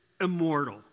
immortal